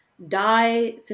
die